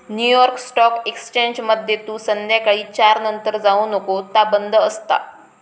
new York stock एक्सचेंजमध्ये तू संध्याकाळी चार नंतर जाऊ नको ता बंद असता